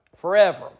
forever